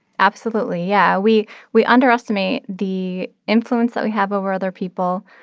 absolutely, yeah. we we underestimate the influence that we have over other people,